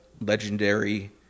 legendary